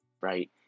right